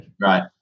Right